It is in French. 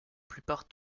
plupart